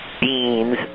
Beans